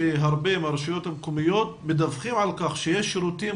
שהרבה מהרשויות המקומיות מדווחים על כך שיש שירותים